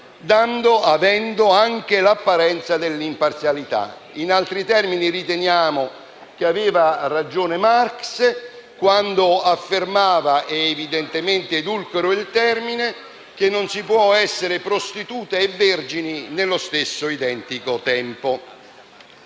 conservando l'apparenza dell'imparzialità. In altri termini, riteniamo che avesse ragione Marx quando affermava - chiaramente edulcoro il termine - che non si può essere prostitute e vergini nello stesso identico tempo.